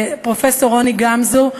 פרופסור רוני גמזו,